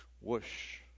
whoosh